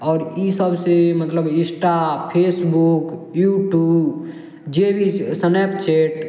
आओर ई सबसँ मतलब इंस्टा फेसबुक युट्युब जे भी स्नैप चैट